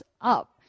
up